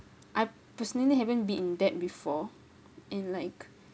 I personally haven't been in that before and like